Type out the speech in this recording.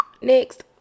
Next